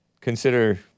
consider